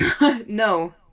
no